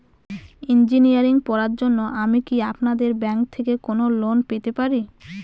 Engineering পড়ার জন্য আমি কি আপনাদের ব্যাঙ্ক থেকে কোন লোন পেতে পারি?